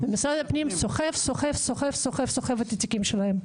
ומשרד הפנים סוחב-סוחב-סוחב-סוחב את התיקים שלהם.